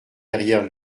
derrière